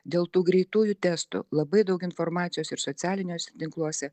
dėl tų greitųjų testų labai daug informacijos ir socialiniuose tinkluose